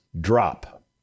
drop